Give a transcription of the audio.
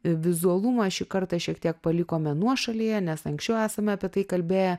vizualumą šį kartą šiek tiek palikome nuošalyje nes anksčiau esame apie tai kalbėję